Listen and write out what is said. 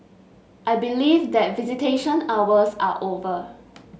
I believe that visitation hours are over